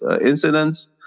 incidents